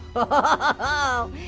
oh,